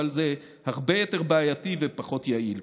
אבל זה הרבה יותר בעייתי ופחות יעיל,